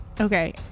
Okay